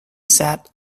sat